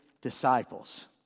disciples